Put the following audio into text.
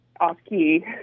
off-key